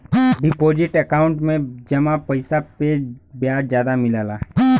deposit account में जमा पइसा पे ब्याज जादा मिलला